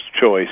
choice